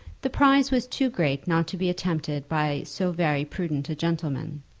the prize was too great not to be attempted by so very prudent a gentleman.